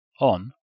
on